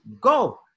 Go